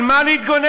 על מה להתגונן?